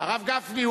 הרב גפני,